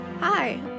Hi